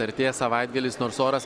artėja savaitgalis nors oras